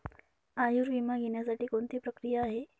आयुर्विमा घेण्यासाठी कोणती प्रक्रिया आहे?